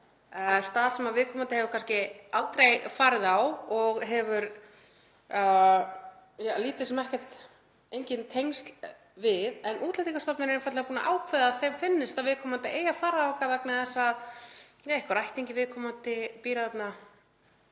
stað sem viðkomandi hefur kannski aldrei farið á og hefur lítil sem engin tengsl við. En Útlendingastofnun er einfaldlega búin að ákveða að henni finnst að viðkomandi eigi að fara þangað vegna þess að einhver ættingi viðkomandi búi þar